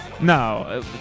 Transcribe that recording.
No